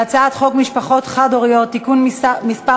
הצעת חוק משפחות חד-הוריות (תיקון מס'